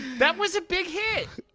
that was a big hit!